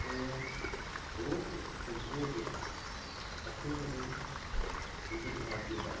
ऐं रोज़ु सुबुह जो अठे बजे विविध भारती था